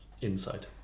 inside